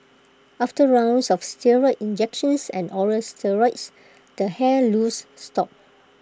after rounds of steroid injections and oral steroids the hair loss stopped